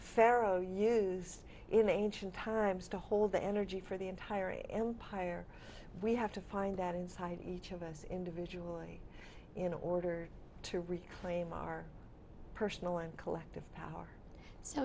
pharaoh used in ancient times to hold the energy for the entire empire we have to find that inside each of us individually in order to reclaim our personal and collective power so